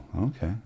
okay